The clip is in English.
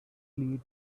lead